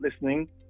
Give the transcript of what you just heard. listening